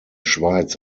schweiz